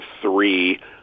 three